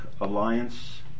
Alliance